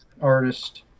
artist